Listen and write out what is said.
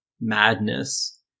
madness